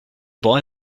boy